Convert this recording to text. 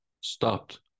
stopped